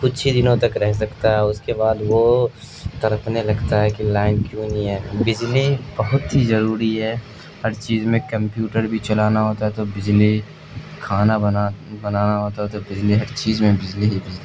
کچھ ہی دنوں تک رہ سکتا ہے اس کے بعد وہ تڑپنے لگتا ہے کہ لائن کیوں نہیں ہے بجلی بہت ہی ضروری ہے ہر چیز میں کمپیوٹر بھی چلانا ہوتا ہے تو بجلی کھانا بنا بنانا ہوتا ہے تو بجلی ہر چیز میں بجلی ہی بجلی